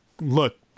look